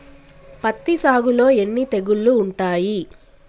పత్తి సాగులో ఎన్ని తెగుళ్లు ఉంటాయి?